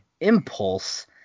Impulse